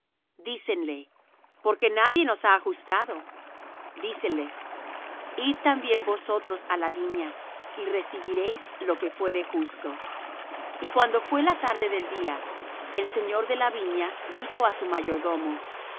dícenle porque nadie nos ha ajustado díceles id también vosotros á la viña y recibiréis lo que fuere justo y cuando fué la tarde del día el señor de la viña dijo á su mayordomo